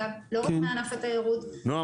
לא רק מענף התיירות יכול לפנות אליה -- נעם,